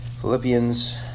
Philippians